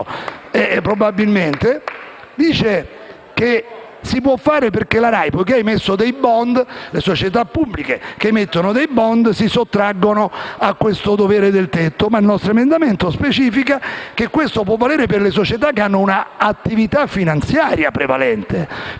Costui dice che si può fare perché la RAI ha emesso dei *bond* e le società pubbliche che emettono dei *bond* si sottraggono a questo dovere del tetto, ma il nostro emendamento specifica che questo può valere per le società che hanno un'attività finanziaria prevalente